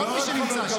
כל מי שנמצא שם.